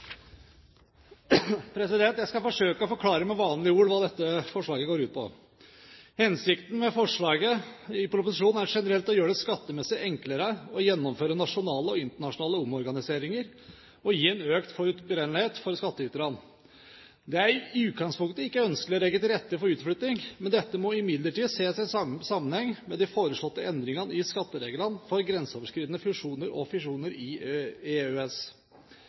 Jeg skal forsøke å forklare med vanlige ord hva dette forslaget går ut på. Hensikten med forslaget i proposisjonen er generelt å gjøre det skattemessig enklere å gjennomføre nasjonale og internasjonale omorganiseringer og å gi en økt forutberegnelighet for skattyterne. Det er i utgangspunktet ikke ønskelig å legge til rette for utflytting, men dette må ses i sammenheng med de foreslåtte endringene i skattereglene for grenseoverskridende fusjoner og fisjoner i EØS.